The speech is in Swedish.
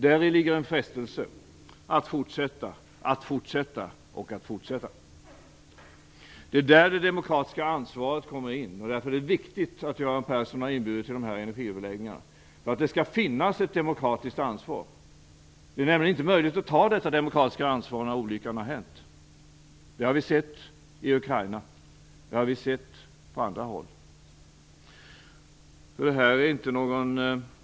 Däri ligger en frestelse att fortsätta, fortsätta och fortsätta. Det är däri det demokratiska ansvaret kommer in, och därför är det viktigt att Göran Persson har inbjudit till energiöverläggningarna. Det skall finnas ett demokratiskt ansvar. Det är nämligen inte möjligt att ta detta demokratiska ansvar när olyckan har hänt. Det har vi sett i Ukraina och på andra håll.